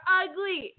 ugly